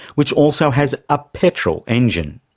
which also has a petrol engine.